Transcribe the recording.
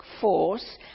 force